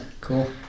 cool